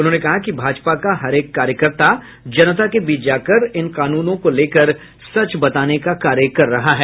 उन्होंने कहा कि भाजपा का रहेक कार्यकर्ता जनता के बीच जाकर इन कानूनों को लेकर सच बताने का कार्य कर रहा है